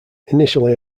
initially